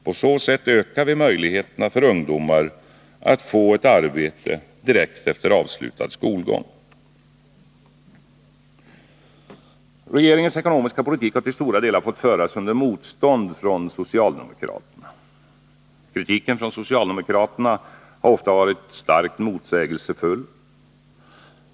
På så sätt ökar vi möjligheterna för ungdomar att få ett arbete direkt efter avslutad skolgång. Regeringens ekonomiska politik har till stora delar fått föras under motstånd från socialdemokraterna. Kritiken från socialdemokraterna har ofta varit starkt motsägelsefull.